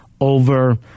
over